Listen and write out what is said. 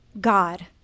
God